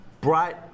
bright